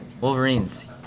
Wolverines